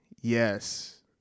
Yes